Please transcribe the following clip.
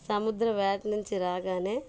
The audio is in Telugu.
సముద్ర వేట నుంచి రాగానే